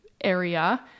area